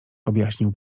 objaśnił